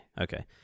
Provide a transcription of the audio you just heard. Okay